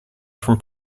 from